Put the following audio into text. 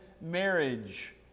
marriage